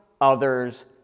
others